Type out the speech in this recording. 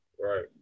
right